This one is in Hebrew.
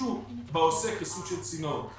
שהשתמשו בעוסק כסוג של צינור.